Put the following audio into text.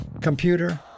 computer